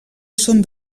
són